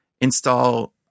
install